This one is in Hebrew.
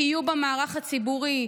יהיו במערך הציבורי,